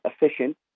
efficient